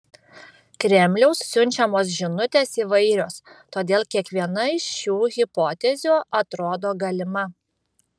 kremliaus siunčiamos žinutės įvairios todėl kiekviena iš šių hipotezių atrodo galima